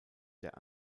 der